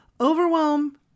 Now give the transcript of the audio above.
Overwhelm